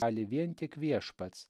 gali vien tik viešpats